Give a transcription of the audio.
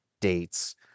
dates